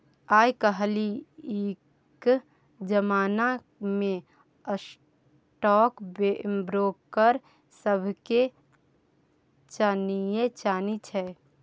आय काल्हिक जमाना मे स्टॉक ब्रोकर सभके चानिये चानी छै